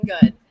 good